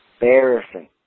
embarrassing